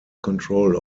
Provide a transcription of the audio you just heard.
control